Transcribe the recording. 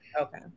Okay